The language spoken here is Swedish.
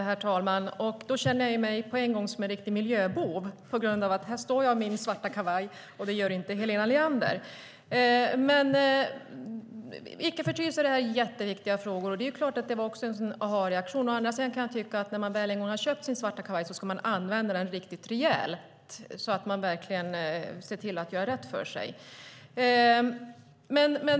Herr talman! Nu känner jag mig som en riktig miljöbov i min svarta kavaj, medan Helena Leanders kavaj inte är svart. Det här är jätteviktiga frågor, men jag kan tycka att när man nu har köpt en svart kavaj ska man använda den riktigt mycket så att man gör rätt för sig.